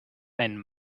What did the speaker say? einen